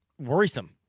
worrisome